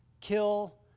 Kill